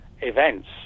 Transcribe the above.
events